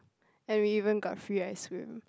and we even got free ice cream